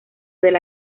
del